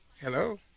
Hello